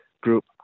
group